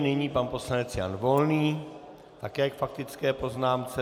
Nyní pan poslanec Jan Volný také k faktické poznámce.